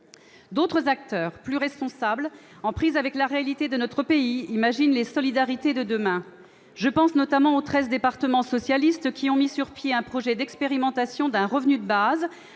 D'autres acteurs, plus responsables, en prise avec les réalités de notre pays, imaginent les solidarités de demain. Je pense notamment aux treize départements socialistes qui ont mis sur pied un projet d'expérimentation d'un revenu de base.